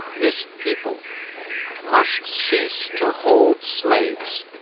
this people must cease to hold slaves,